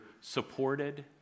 supported